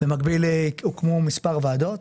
במקביל הוקמו מספר ועדות.